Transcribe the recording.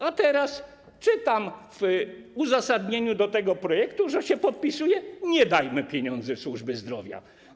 A teraz czytam w uzasadnieniu tego projektu, że się podpisuje: nie dajmy pieniędzy służbie zdrowia.